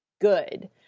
good